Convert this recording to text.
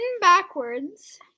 backwards